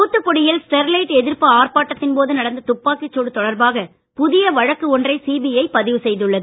தூத்துக்குடியில் ஸ்டெர்லைட் எதிர்ப்பு ஆர்பாட்டத்தின்போது நடந்த துப்பாக்கி சூடு தொடர்பாக புதிய வழக்கு ஒன்றை சிபிஐ பதிவு செய்துள்ளது